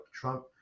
Trump